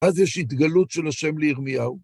אז יש התגלות של השם לירמיהו.